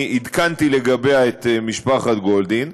ואני עדכנתי לגביה את משפחת גולדין.